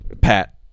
Pat